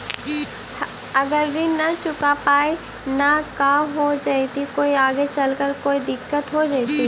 अगर ऋण न चुका पाई न का हो जयती, कोई आगे चलकर कोई दिलत हो जयती?